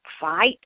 fight